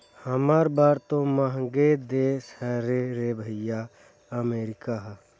हमर बर तो मंहगे देश हरे रे भइया अमरीका ह